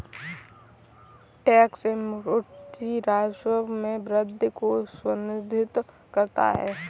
tax amnesty राजस्व में वृद्धि को सुनिश्चित करता है